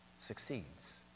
succeeds